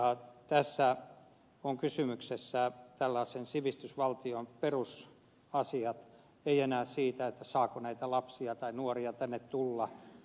tässä on kysymyksessä tällaisen sivistysvaltion perusasiat ei enää se saako näitä lapsia tai nuoria tänne tulla